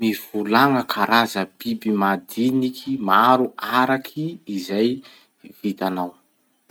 Mivolagna karaza biby madiniky maro araky izay vitanao.